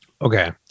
Okay